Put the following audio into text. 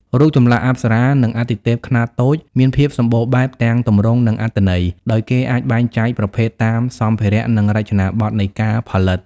រូបចម្លាក់អប្សរា និងអាទិទេពខ្នាតតូចមានភាពសម្បូរបែបទាំងទម្រង់ និងអត្ថន័យ ដោយគេអាចបែងចែកប្រភេទតាមសម្ភារៈ និងរចនាបថនៃការផលិត។